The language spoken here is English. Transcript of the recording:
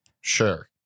Sure